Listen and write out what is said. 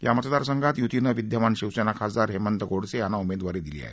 या मतदार संघात यूतीने विद्यमान शिवसेना खासदार हेमंत गोडसे यांना उमेदवारी दिली आहे